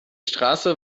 straße